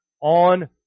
on